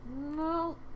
No